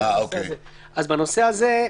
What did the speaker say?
אז בנושא הזה,